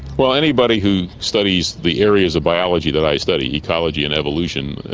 well, anybody who studies the areas of biology that i study, ecology and evolution,